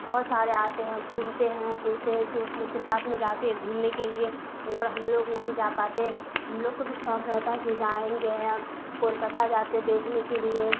بہت سارے آتے ہیں گھومتے ہیں پھرتے دوست لوگ کے ساتھ میں جاتے گھومنے کے لیے مگر ہم لوگ نہیں جا پاتے ہم لوگ کو بھی شوق رہتا ہے ایسے جائیں گے کولکاتہ جاتے دیکھنے کے لیے